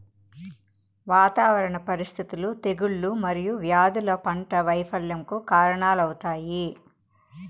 వాతావరణ పరిస్థితులు, తెగుళ్ళు మరియు వ్యాధులు పంట వైపల్యంకు కారణాలవుతాయి